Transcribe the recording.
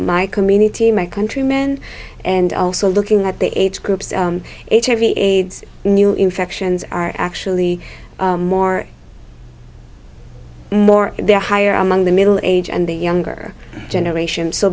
my community my countrymen and also looking at the age groups hiv aids new infections are actually more and more they're higher among the middle age and the younger generation so